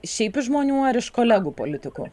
šiaip iš žmonių ar iš kolegų politikų